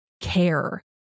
care